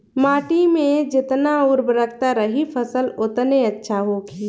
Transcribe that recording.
माटी में जेतना उर्वरता रही फसल ओतने अच्छा होखी